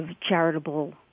charitable